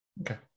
Okay